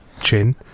chin